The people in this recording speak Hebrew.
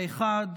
האחד,